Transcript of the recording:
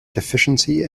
deficiency